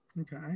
Okay